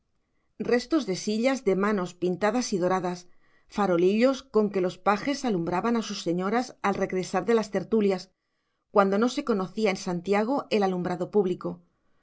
restos de sillas de manos pintadas y doradas farolillos con que los pajes alumbraban a sus señoras al regresar de las tertulias cuando no se conocía en santiago el alumbrado público